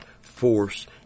force